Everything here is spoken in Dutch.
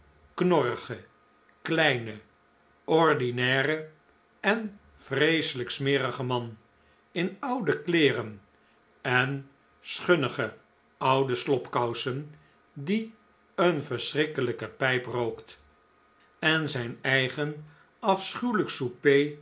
knorrigen kleinen ordinairen en vreeselijk smerigen man in oude kleeren en schunnige oude slobkousen die een verschrikkelijke pijp rookt en zijn eigen afschuwelijk souper